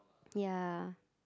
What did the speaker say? ya